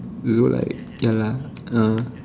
you look like ya lah ah